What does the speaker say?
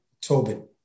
Tobin